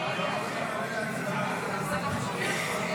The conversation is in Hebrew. אני קובע כי ההסתייגות הוסרה.